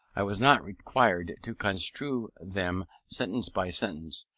i was not required to construe them sentence by sentence,